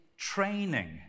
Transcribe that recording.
training